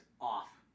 off